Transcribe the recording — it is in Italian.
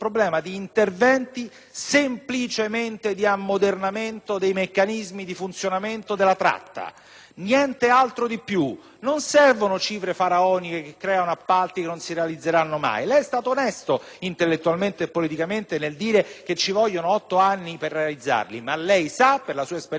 interventi di ammodernamento dei meccanismi di funzionamento della tratta, nient'altro: non servono cifre faraoniche che comportino appalti che non si realizzeranno mai. Lei è stato onesto intellettualmente e politicamente nel dire che ci vogliono otto anni per realizzare quegli interventi, ma lei sa, per la sua esperienza, maggiore della mia, che non ne